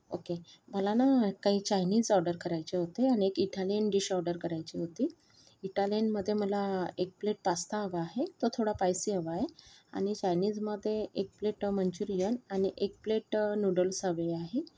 okay मला ना काही चायनीज ऑर्डर करायचे होते आणि एक इटालियन डिश ऑर्डर करायची होती इटालियनमध्ये मला एक प्लेट पास्ता हवा आहे तो थोडा पायसी हवा आहे आणि चायनीजमध्ये एक प्लेट मंचुरीयन आणि एक प्लेट नूडल्स हवे आहेत